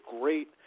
great